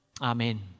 Amen